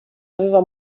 aveva